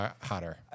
hotter